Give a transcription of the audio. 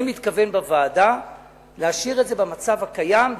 אני מתכוון בוועדה להשאיר את זה במצב הקיים,